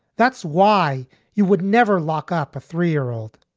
that's why you would never lock up a three year old.